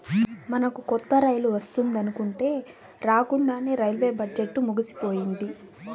మనకు కొత్త రైలు వస్తుందనుకుంటే రాకండానే రైల్వే బడ్జెట్టు ముగిసిపోయింది